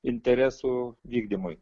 interesų vykdymui